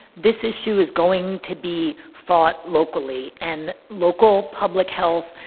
this issue is going to be fought locally and local public health,